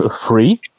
free